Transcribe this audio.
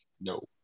No